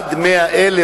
עד 100,000,